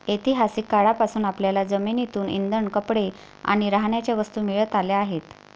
ऐतिहासिक काळापासून आपल्याला जमिनीतून इंधन, कपडे आणि राहण्याच्या वस्तू मिळत आल्या आहेत